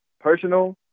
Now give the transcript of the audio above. personal